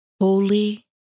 holy